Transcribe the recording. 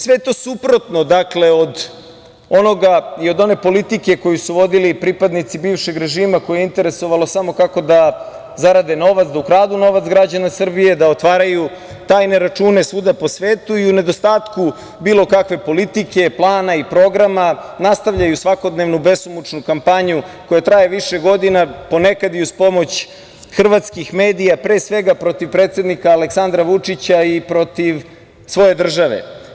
Sve je to suprotno od onoga i od one politike koju su vodili pripadnici bivšeg režima koje je interesovalo samo kako da zarade novac, da ukradu novac građana Srbije, da otvaraju tajne račune svuda u svetu i u nedostatku bilo kakve politike, plana i programa, nastavljaju svakodnevnu besomučnu kampanju koja traje više godina, ponekad i uz pomoć hrvatskih medija, pre svega protiv predsednika Aleksandra Vučića i protiv svoje države.